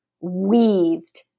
weaved